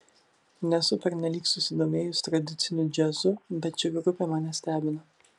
nesu pernelyg susidomėjus tradiciniu džiazu bet ši grupė mane stebina